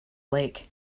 lake